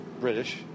british